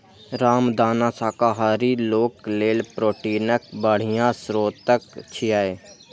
रामदाना शाकाहारी लोक लेल प्रोटीनक बढ़िया स्रोत छियै